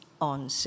on